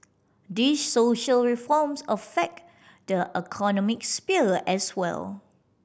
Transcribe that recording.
these social reforms affect the economic sphere as well